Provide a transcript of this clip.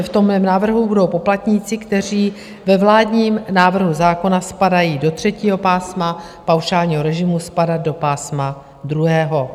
V mém návrhu budou poplatníci, kteří ve vládním návrhu zákona spadají do třetího pásma paušálního režimu, spadat do pásma druhého.